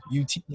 UT